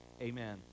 Amen